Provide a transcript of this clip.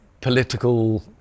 political